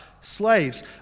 slaves